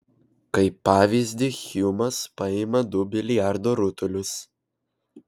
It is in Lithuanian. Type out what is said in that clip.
kaip pavyzdį hjumas paima du biliardo rutulius